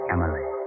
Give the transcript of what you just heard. Emily